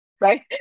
Right